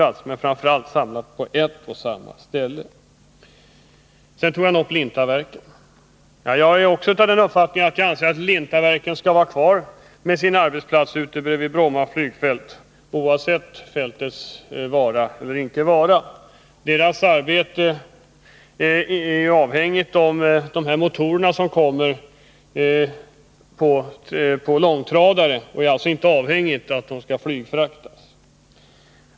Det viktiga är då främst att allt samlas på ett och samma ställe. Rolf Sellgren nämnde Lintaverken. Också jag anser att denna arbetsplats skall vara kvar ute vid Bromma flygfält, oavsett fältets vara eller icke vara. De motorer som man där behöver kommer på långtradare. Man är alltså inte beroende av flygfrakt.